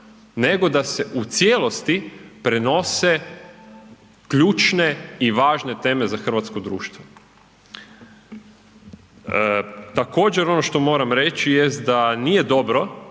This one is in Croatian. nego da se u cijelosti prenose ključne i važne teme za hrvatsko društvo. Također ono što moram reći jest da nije dobro